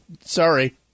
sorry